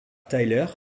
tyler